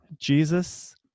jesus